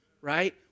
right